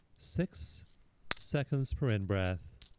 six seconds per in breath